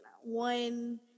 one